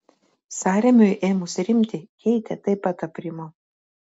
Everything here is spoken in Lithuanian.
sąrėmiui ėmus rimti keitė taip pat aprimo